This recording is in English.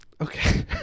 Okay